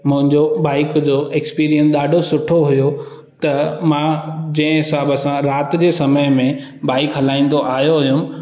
मुंहिंजो बाईक जो एक्सपीरियंस ॾाढो सुठो हुयो त मां जंहिं हिसाब सां राति जे समय में बाईक हलाईंदो आयो हुयमि